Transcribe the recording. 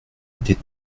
était